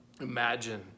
imagine